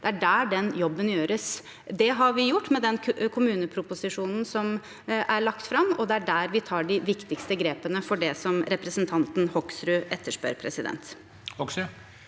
Det er der den jobben gjøres. Det har vi gjort med den kommuneproposisjonen som er lagt fram, og det er der vi tar de viktigste grepene for det som representanten Hoksrud etterspør.